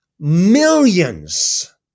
millions